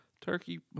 turkey